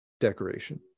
decoration